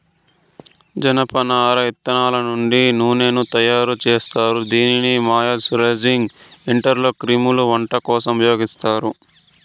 జనపనార ఇత్తనాల నుండి నూనెను తయారు జేత్తారు, దీనిని మాయిశ్చరైజింగ్ ఏజెంట్గా క్రీమ్లలో, వంట కోసం ఉపయోగిత్తారు